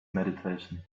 meditation